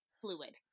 fluid